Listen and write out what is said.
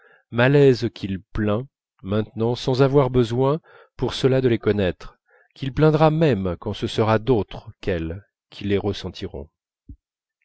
malaises qu'il plaint maintenant sans avoir besoin pour cela de les connaître qu'il plaindra même quand ce sera d'autres qu'elle qui les ressentiront